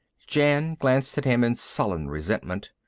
jan glanced at him in sullen resentment.